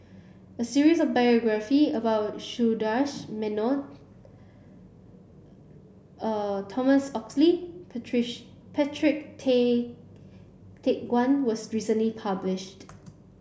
a series of biography about Sundaresh Menon Thomas Oxley Patrick Tay Teck Guan was recently published